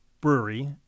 brewery